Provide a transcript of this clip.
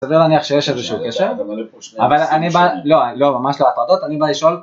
סביר להניח שיש איזשהו קשר, אבל אני בא, לא, לא ממש להפרדות, אני בא לשאול